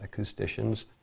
acousticians